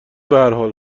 بحرحال